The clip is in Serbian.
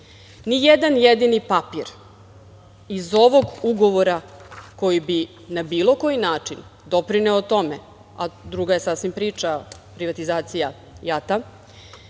jedini papri iz ovog ugovora koji bi na bilo koji način doprineo tome, a druga je sasvim priča privatizacija JAT